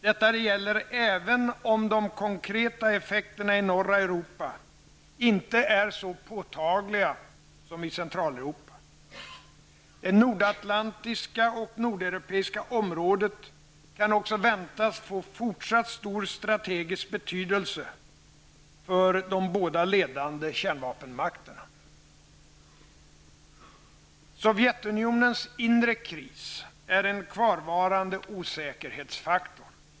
Detta gäller även om de konkreta effekterna i norra Europa inte är så påtagliga som i Centraleuropa. Det nordatlantiska och nordeuropeiska området kan också väntas få fortsatt stor strategisk betydelse för de båda ledande kärnvapenmakterna. Sovjetunionens inre kris är en kvarvarande osäkerhetsfaktor.